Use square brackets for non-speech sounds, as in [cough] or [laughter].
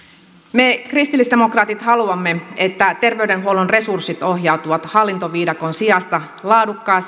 me kristillisdemokraatit haluamme että terveydenhuollon resurssit ohjautuvat hallintoviidakon sijasta laadukkaan [unintelligible]